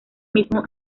mismo